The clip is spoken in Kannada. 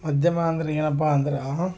ಮಾಧ್ಯಮ ಅಂದರೆ ಏನಪ್ಪ ಅಂದ್ರೆ